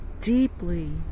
deeply